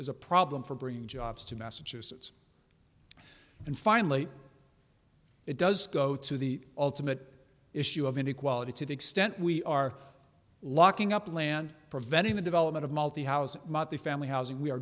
is a problem for bringing jobs to massachusetts and finally it does go to the ultimate issue of inequality to the extent we are locking up land preventing the development of multi housing the family housing we are